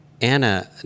Anna